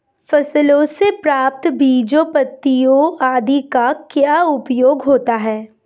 फसलों से प्राप्त बीजों पत्तियों आदि का क्या उपयोग होता है?